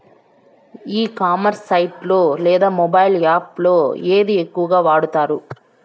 ఈ commerce site లో లేదా మొబైల్ యాప్ లో ఏది ఎక్కువగా వాడుతారు?